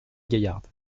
gaillarde